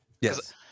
Yes